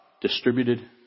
distributed